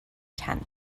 tenth